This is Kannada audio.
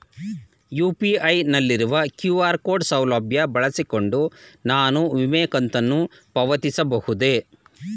ಯು.ಪಿ.ಐ ನಲ್ಲಿರುವ ಕ್ಯೂ.ಆರ್ ಸೌಲಭ್ಯ ಬಳಸಿಕೊಂಡು ನಾನು ವಿಮೆ ಕಂತನ್ನು ಪಾವತಿಸಬಹುದೇ?